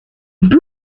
briggs